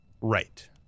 right